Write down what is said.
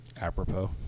apropos